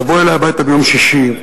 תבואו אלי הביתה ביום שישי,